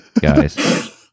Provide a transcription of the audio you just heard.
guys